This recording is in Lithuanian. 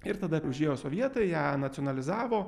ir tada užėjo sovietai ją nacionalizavo